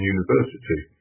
University